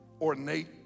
ornate